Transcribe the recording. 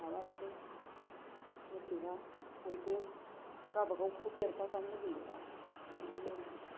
माबानोसै जौ फेब्ला बयबो गावबागावखौ देरहाजानो लुबैयोब्ला बिदिनो जायो